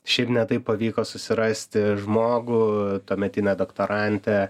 šiaip ne taip pavyko susirasti žmogų tuometinę doktorantę